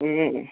ഇങ്ങനെ